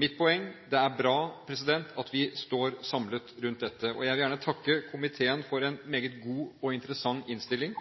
Mitt poeng er: Det er bra at vi står samlet rundt dette. Jeg vil gjerne takke komiteen for en meget god og interessant innstilling.